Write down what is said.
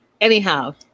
Anyhow